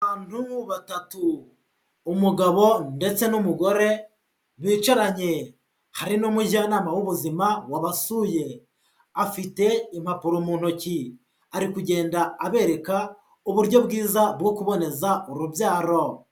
Abantu batatu, umugabo ndetse n'umugore bicaranye, hari n'umujyanama w'ubuzima wabasuye afite impapuro mu ntoki ari kugenda abereka uburyo bwiza bwo kuboneza urubyaro.